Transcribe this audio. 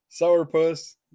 Sourpuss